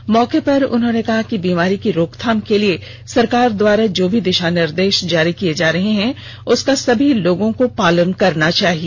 इस मौके पर उन्होंने कहा कि बीमारी की रोकथाम के लिए सरकार द्वारा जो भी दिशा निर्देश जारी किए जा रहे हैं उसका सभी लोगों को पालन करना चाहिए